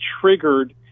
triggered